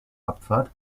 abfahrt